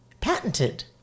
patented